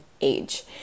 age